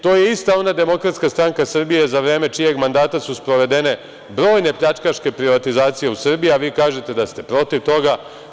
To je ista ona DSS za vreme čijeg mandata su sprovedene brojna pljačkaške privatizacije u Srbiji, a vi kažete da ste protiv toga.